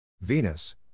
Venus